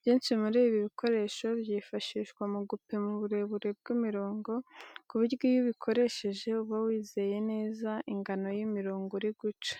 Byinshi muri ibi bikoresho byifashishwa mu gupima uburebure bw'imirongo kuburyo iyo ubikoresheje uba wizeye neza ingano y'imirongo uri guca.